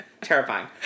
Terrifying